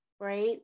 right